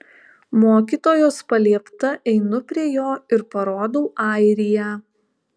mokytojos paliepta einu prie jo ir parodau airiją